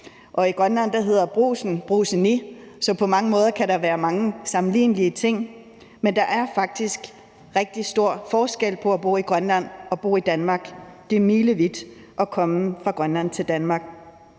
og i Grønland hedder Brugsen Brugseni, så på mange måder kan der være mange sammenlignelige ting, men der er faktisk rigtig stor forskel på at bo i Grønland og bo i Danmark. Det er milevidt at komme fra Grønland til Danmark,